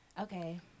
Okay